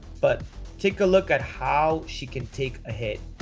but take a look at how she can take a hit